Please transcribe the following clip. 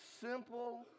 simple